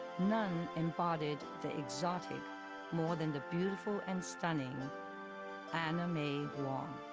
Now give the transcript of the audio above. none embodied the exotic more than the beautiful and stunning anna may wong.